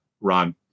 Ron